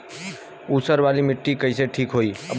ऊसर वाली मिट्टी कईसे ठीक होई?